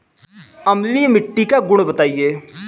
अम्लीय मिट्टी का गुण बताइये